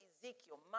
Ezekiel